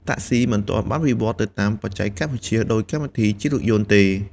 តាក់ស៊ីមិនទាន់បានវិវត្តទៅតាមបច្ចេកវិទ្យាដូចកម្មវិធីជិះរថយន្តទេ។